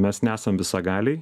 mes nesam visagaliai